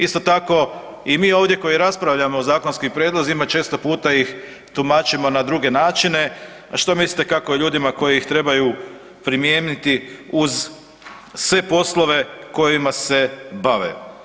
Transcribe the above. Isto tako i mi ovdje koji raspravljamo o zakonskim prijedlozima često puta ih tumačimo na druge načine, a što mislite kako je ljudima koji ih trebaju primijeniti uz sve poslove kojima se bave.